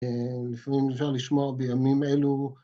לפעמים אפשר לשמוע בימים אלו